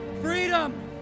freedom